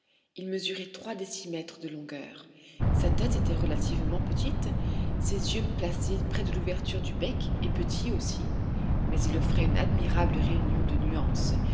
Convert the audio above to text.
il mesurait trois décimètres de longueur sa tête était relativement petite ses yeux placés près de l'ouverture du bec et petits aussi mais il offrait une admirable réunion de nuances